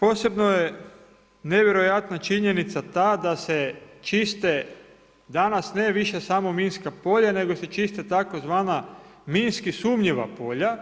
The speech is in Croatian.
Posebno je nevjerojatna činjenica ta da se čiste dana ne više samo minska polja nego se čiste tzv. minski sumnjiva polja,